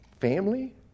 family